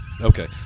Okay